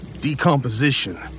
decomposition